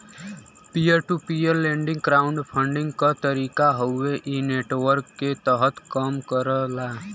peer to peer lending crowd funding क तरीका हउवे इ नेटवर्क के तहत कम करला